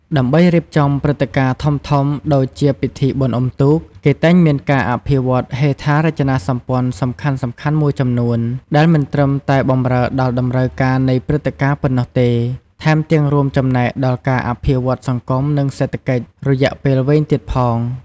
ដើម្បីរៀបចំព្រឹត្តិការណ៍ធំៗដូចជាពិធីបុណ្យអុំទូក គេតែងមានការអភិវឌ្ឍហេដ្ឋារចនាសម្ព័ន្ធសំខាន់ៗមួយចំនួន ដែលមិនត្រឹមតែបម្រើដល់តម្រូវការនៃព្រឹត្តិការណ៍ប៉ុណ្ណោះទេ ថែមទាំងរួមចំណែកដល់ការអភិវឌ្ឍសង្គមនិងសេដ្ឋកិច្ចរយៈពេលវែងទៀតផង។